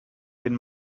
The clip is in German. den